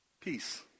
peace